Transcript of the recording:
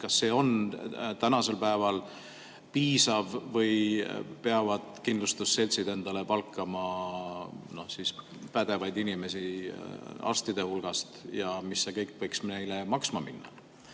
Kas see on praegu piisav või peavad kindlustusseltsid endale palkama pädevaid inimesi arstide hulgast? Ja mis see kõik võiks maksma minna?